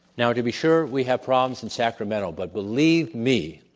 now to be sure, we have problems in sacramento, but believe me,